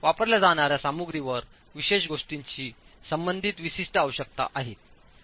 वापरल्या जाणार्या सामग्रीवर विशेष गोष्टीशी संबंधित विशिष्ट आवश्यकता आहेत